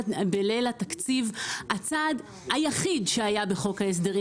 בליל התקציב הצעד היחיד שהיה בחוק ההסדרים